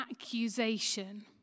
accusation